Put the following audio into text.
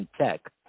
Tech